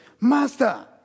Master